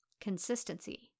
Consistency